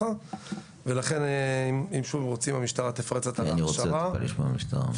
אם רוצים המשטרה תפרט קצת על --- אני רוצה לשמוע מהמשטרה.